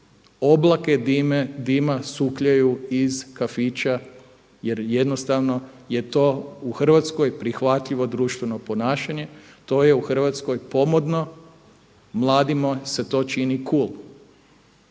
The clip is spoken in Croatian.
oblake dima sukljaju iz kafića jer jednostavno je to u Hrvatskoj prihvatljivo društveno ponašanje, to je u Hrvatskoj pomodno, mladima se to čini cool.